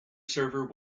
server